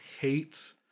hates